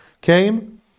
came